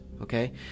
Okay